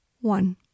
One